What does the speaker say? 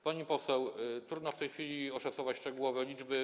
Pani poseł, trudno w tej chwili oszacować szczegółowe liczby.